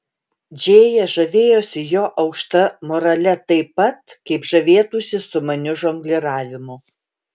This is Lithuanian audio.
džėja žavėjosi jo aukšta morale taip pat kaip žavėtųsi sumaniu žongliravimu